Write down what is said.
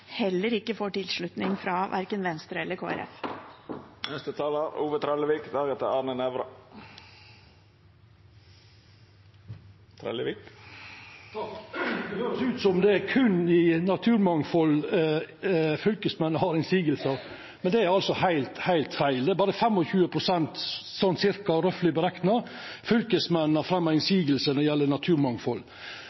får tilslutning fra Venstre og Kristelig Folkeparti. Det høyrest ut som om det er berre innan naturmangfald fylkesmenn har motsegner, men det er altså heilt feil. Det er bare 25 pst., sånn cirka og «roughly» berekna, av motsegnene fylkesmenn har